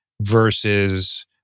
Versus